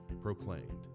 proclaimed